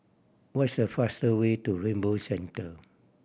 what's the faster way to Rainbow Centre